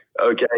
Okay